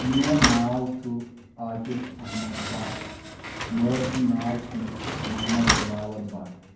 میون ناو چھُ عاقِب احمد بَٹ مٲلۍ سُنٛد ناو چھُ مےٚ محمد دِلاوَر بَٹ